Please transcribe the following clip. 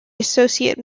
associate